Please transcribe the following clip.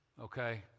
okay